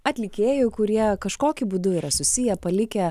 atlikėjų kurie kažkokiu būdu yra susiję palikę